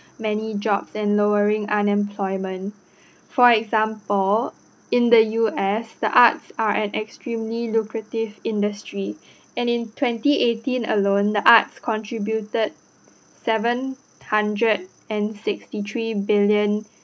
many jobs and lowering unemployment for example in the U_S the arts are an extremely lucrative industry and in twenty eighteen alone the arts contributed seven hundred and sixty three billion